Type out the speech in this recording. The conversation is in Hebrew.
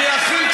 אני אחיל.